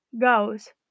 goes